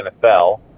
NFL